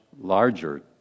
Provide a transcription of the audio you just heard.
larger